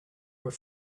were